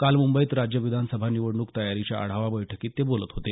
काल मुंबईत राज्य विधानसभा निवडणूक तयारीच्या आढावा बैठकीत ते बोलत होते